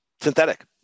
Synthetic